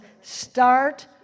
Start